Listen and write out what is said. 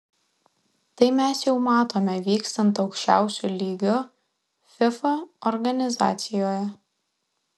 tai mes jau matome vykstant aukščiausiu lygiu fifa organizacijoje